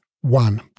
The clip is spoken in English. One